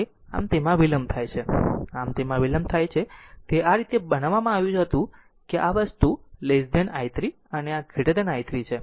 આમ તેમાં વિલંબ થાય છે આમ તેમાં વિલંબ થાય છે તે આ રીતે બનાવવામાં આવ્યું છે તે આ વસ્તુ છે i 3 અને આ i 3 છે અને આ 1 છે